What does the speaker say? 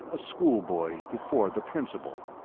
a schoolboy before the principal.